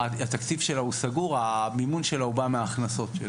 התקציב שלה הוא סגור, המימון שלה בא מההכנסות שלה.